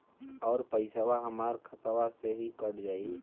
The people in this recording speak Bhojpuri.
अउर पइसवा हमरा खतवे से ही कट जाई?